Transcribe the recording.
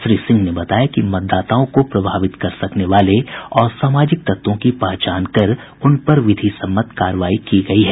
श्री सिंह ने बताया कि मतदाताओं को प्रभावित कर सकने वाले असामाजिक तत्वों की पहचान कर उनपर विधिसम्मत कार्रवाई की गयी है